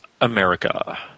America